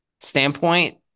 standpoint